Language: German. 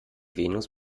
venus